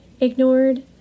ignored